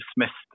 dismissed